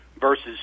versus